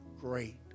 great